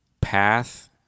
path